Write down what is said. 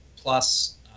plus